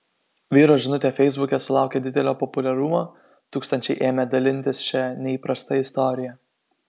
vyro žinutė feisbuke sulaukė didelio populiarumo tūkstančiai ėmė dalintis šia neįprasta istorija